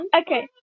Okay